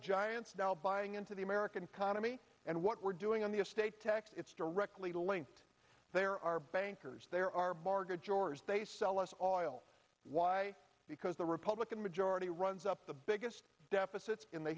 giants now buying into the american economy and what we're doing on the estate tax it's directly linked there are bankers there are bargains shores they sell us oil why because the republican majority runs up the biggest deficits in the